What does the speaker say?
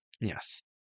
Yes